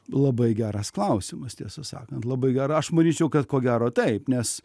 labai geras klausimas tiesą sakant labai gera aš manyčiau kad ko gero taip nes